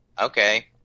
okay